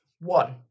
one